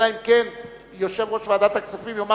אלא אם כן יושב-ראש ועדת הכספים יאמר